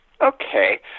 Okay